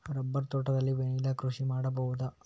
Rubber ತೋಟದಲ್ಲಿ vanilla ಕೃಷಿ ಮಾಡಬಹುದಾ?